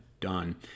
done